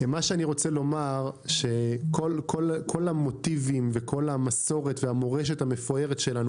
אני רוצה לומר שכל המוטיבים וכל המסורת והמורשת המפוארת שלנו,